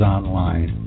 Online